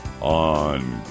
on